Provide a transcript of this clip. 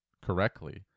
correctly